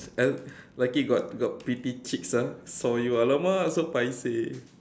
uh lucky got got pretty chicks ah saw you !alamak! so paiseh